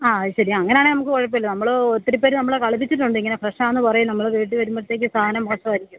ആ അത് ശരി ആ അങ്ങനെയാണെങ്കില് നമുക്ക് കുഴപ്പമില്ല നമ്മള് ഒത്തിരിപ്പേര് നമ്മളെ കളിപ്പിച്ചിട്ടുണ്ട് ഇങ്ങനെ ഫ്രെഷാണെന്ന് പറയും നമ്മള് വീട്ടില് വരുമ്പോഴത്തേക്കും സാധനം മോശമായിരിക്കും